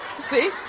See